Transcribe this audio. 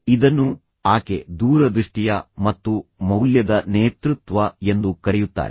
ಇದನ್ನು ಆಕೆ ದೂರದೃಷ್ಟಿಯ ಮತ್ತು ಮೌಲ್ಯದ ನೇತೃತ್ವ ಎಂದು ಕರೆಯುತ್ತಾರೆ